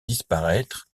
disparaître